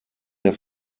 der